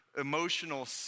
emotional